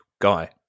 guy